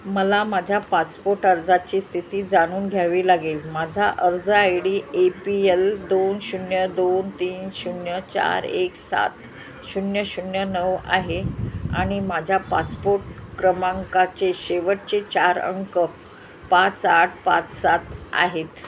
मला माझ्या पासपोट अर्जाची स्थिती जाणून घ्यावी लागेल माझा अर्ज I D A P L दोन शून्य दोन तीन शून्य चार एक सात शून्य शून्य नऊ आहे आणि माझ्या पासपोट क्रमांकाचे शेवटचे चार अंक पाच आठ पाच सात आहेत